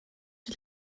ils